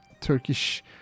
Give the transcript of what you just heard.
Turkish